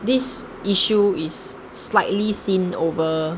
this issue is slightly seen over